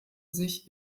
sich